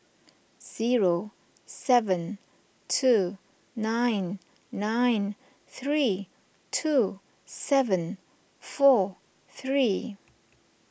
zero seven two nine nine three two seven four three